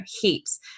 heaps